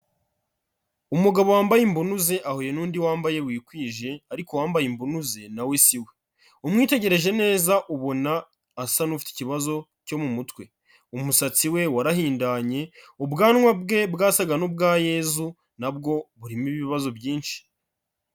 Umugabo wambaye imbunuzi ahuye n'undi wambaye wikwije ariko uwambaye imbunuzi na we si we, umwitegereje neza ubona asa n'ufite ikibazo cyo mu mutwe, umusatsi we warahindanye, ubwanwa bwe bwasaga n'ubwa Yezu na bwo burimo ibibazo byinshi.